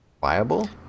viable